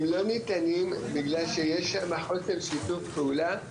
הם לא ניתנים, בגלל שיש שמה חוסר שיתוף פעולה,